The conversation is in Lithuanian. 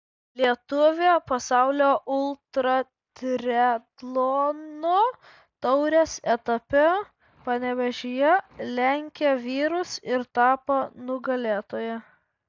lietuvė pasaulio ultratriatlono taurės etape panevėžyje lenkė vyrus ir tapo nugalėtoja